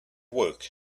work